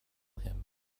him